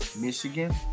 Michigan